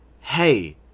hey